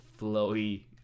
flowy